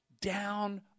down